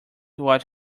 what